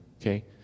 okay